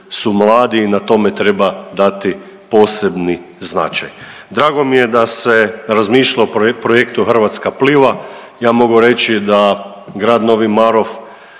Hrvatska pliva,